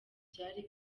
byari